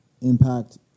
Impact